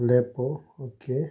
लेपो ओके